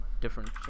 different